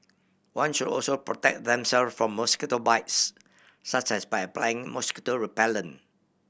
one should also protect themself from mosquito bites such as by applying mosquito repellent